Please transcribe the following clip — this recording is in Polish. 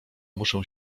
muszę